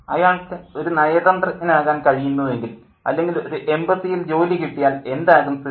അയാൾക്ക് ഒരു നയതന്ത്രജ്ഞനാകാൻ കഴിയുന്നു എങ്കിൽ അല്ലെങ്കിൽ ഒരു എംബസിയിൽ ജോലി കിട്ടിയാൽ എന്താകും സ്ഥിതി